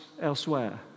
elsewhere